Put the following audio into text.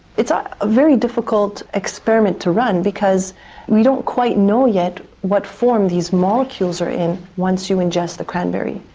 it's a very difficult experiment to run because we don't quite know yet what form these molecules are in once you ingest the cranberry.